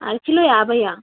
అరకిలో యాభైయా